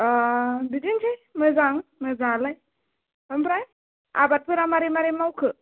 बिदिनसै मोजां मोजाङालाय ओमफ्राय आबादफोरा मारै मारै मावखो